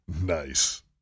Nice